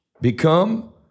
Become